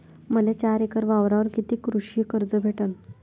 मले चार एकर वावरावर कितीक कृषी कर्ज भेटन?